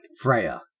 Freya